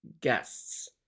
Guests